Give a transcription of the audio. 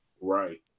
Right